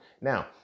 Now